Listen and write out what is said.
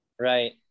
Right